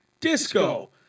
disco